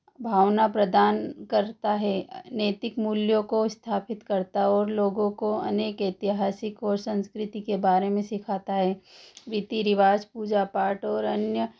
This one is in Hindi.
भावना प्रदान करता है नैतिक मूल्यों को स्थापित करता है और लोगों को अनेक ऐतिहासिक और संस्कृति के बारे में सिखाता है रीति रिवाज पूजा पाठ और अन्य